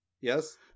yes